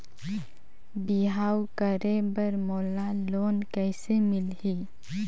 बिहाव करे बर मोला लोन कइसे मिलही?